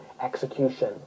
execution